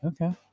Okay